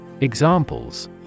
Examples